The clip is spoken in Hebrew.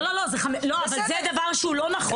לא, אבל זה דבר שהוא לא נכון.